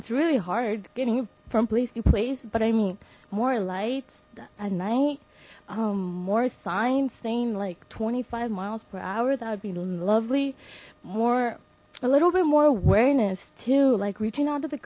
it's really hard getting from place to place but i mean more lights at night more sign staying like twenty five miles per hour that would be lovely more a little bit more awareness to like reaching out to the